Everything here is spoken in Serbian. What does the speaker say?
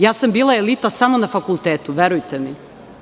Bila sam elita samo na fakultetu, verujte mi.